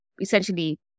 essentially